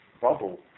bubble